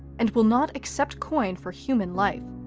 and will not accept coin for human life.